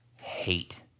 hate